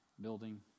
building